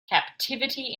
captivity